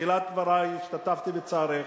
בתחילת דברי השתתפתי בצערך,